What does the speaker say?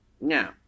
Now